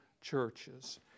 churches